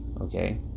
okay